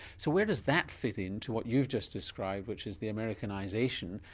so where does that fit in to what you've just described which is the americanisation,